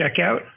checkout